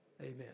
Amen